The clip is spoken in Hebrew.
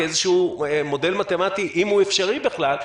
כאיזה שהוא מודל מתמטי אם הוא אפשרי בכלל,